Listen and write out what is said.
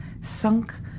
sunk